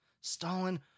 Stalin